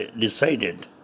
decided